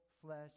flesh